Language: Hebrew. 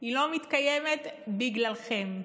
היא לא מתקיימת בגללכם.